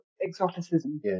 exoticism